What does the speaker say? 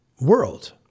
world